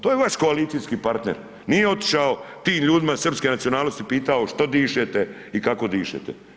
To je vaš koalicijski partner, nije otišao tim ljudima srpske nacionalnosti i pitao što dišete i kako dišete.